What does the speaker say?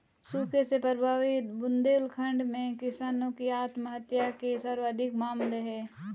सूखे से प्रभावित बुंदेलखंड में किसानों की आत्महत्या के सर्वाधिक मामले है